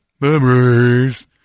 Memories